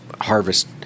harvest